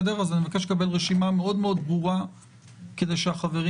אז אני מבקש לקבל רשימה מאוד מאוד ברורה כדי שהחברים